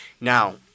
Now